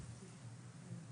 רק אומר